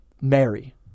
Mary